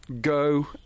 Go